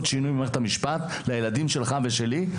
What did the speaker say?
במערכת המשפט לטובת עתיד הילדים שלך ושלי,